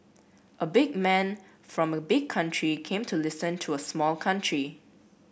a big man from a big country came to listen to a small country